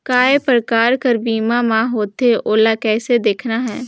काय प्रकार कर बीमा मा होथे? ओला कइसे देखना है?